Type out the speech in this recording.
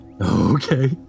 Okay